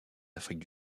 afrique